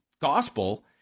gospel